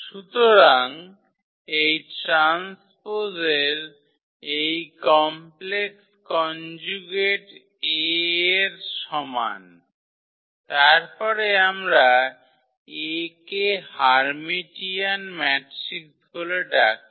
সুতরাং এই ট্রান্সপোজের এই কমপ্লেক্স কনজুগেট 𝐴 এর সমান তারপরে আমরা 𝐴 কে হার্মিটিয়ান ম্যাট্রিক্স বলে ডাকি